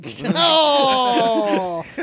No